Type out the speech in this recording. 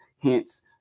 hence